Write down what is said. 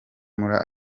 mula